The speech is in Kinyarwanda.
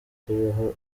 kubaho